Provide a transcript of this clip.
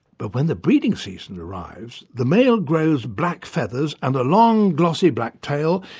but when the breeding season arrives, the male grows black feathers and a long, glossy black tail,